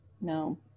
No